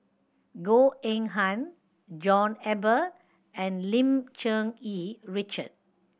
Goh Eng Han John Eber and Lim Cherng Yih Richard